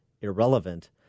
irrelevant